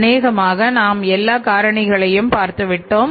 அனேகமாக நாம் எல்லா காரணிகளையும் பார்த்துவிட்டோம்